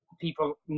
people